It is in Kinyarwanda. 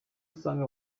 usanga